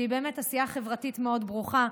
שהיא באמת עשייה חברתית מאוד ברוכה.